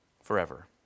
Forever